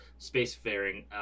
spacefaring